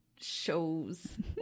shows